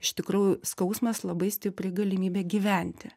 iš tikrųjų skausmas labai stipri galimybė gyventi